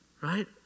right